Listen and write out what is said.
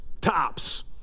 Top's